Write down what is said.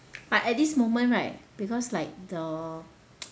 but at this moment right because like the